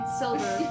silver